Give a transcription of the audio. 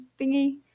thingy